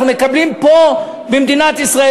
אנחנו מקבלים פה במדינת ישראל,